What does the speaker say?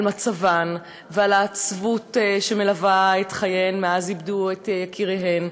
מצבן ועל העצבות שמלווה את חייהן מאז איבדו את יקיריהן.